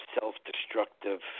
self-destructive